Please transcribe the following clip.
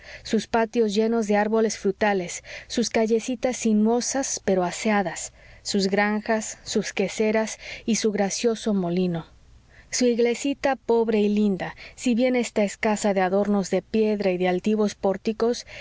sus patios llenos de árboles frutales sus callecitas sinuosas pero aseadas sus granjas sus queseras y su gracioso molino su iglesita pobre y linda si bien está escasa de adornos de piedra y de altivos pórticos